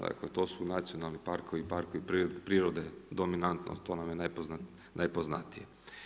Dakle, to su nacionalni parkovi i parkovi prirode dominantno to nam je najpoznatije.